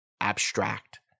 abstract